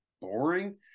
boring